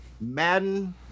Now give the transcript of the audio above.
Madden